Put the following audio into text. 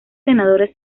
senadores